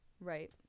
Right